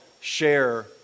share